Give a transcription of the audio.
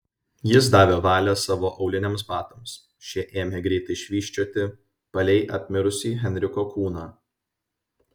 jis davė valią savo auliniams batams šie ėmė greitai švysčioti palei apmirusį henriko kūną